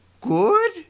good